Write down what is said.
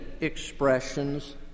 expressions